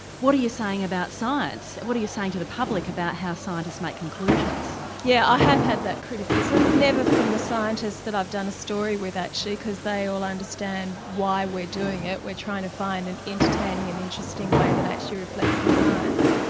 what are you saying about science, what are you saying to the public about how scientists make conclusions? yeah, i have had that criticism, never from the scientists that i've done a story with actually, cause they all understand why we're doing it, we're trying to find an entertaining and interesting way that actually reflects the science.